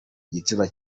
igitsina